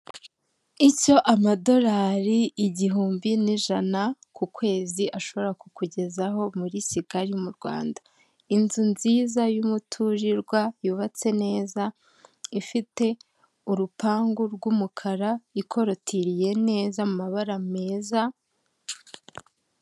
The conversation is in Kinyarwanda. Icyo amadolari igihumbi n'ijana ku kwezi ashobora kukugezaho muri sigali mu rwanda, inzu nziza y'umuturirwa yubatse neza ifite urupangu rw'umukara ikorotiriye neza amabara meza.